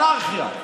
האנרכיה.